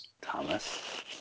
Thomas